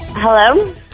Hello